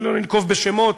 לא ננקוב בשמות,